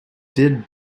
did